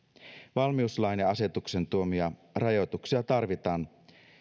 valmiuslain ja asetuksen tuomia rajoituksia tarvitaan